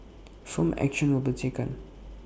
firm action will be taken